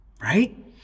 right